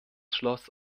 schloss